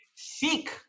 Seek